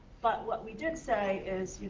but what we did say is,